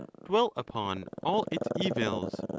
dwell upon all its evils,